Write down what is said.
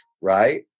right